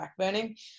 backburning